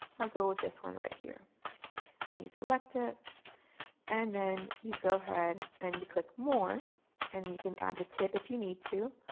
i'll go with this one right here and you select it and then you go ahead and you click more and you can add the tip if you need to.